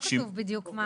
לא כתוב בדיוק.